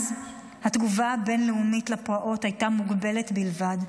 אז התגובה הבין-לאומית לפרעות הייתה מוגבלת בלבד,